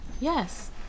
Yes